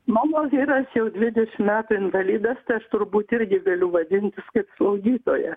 mano vyras jau dvidešim metų invalidas tai aš turbūt irgi galiu vadintis kaip slaugytoja